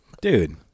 Dude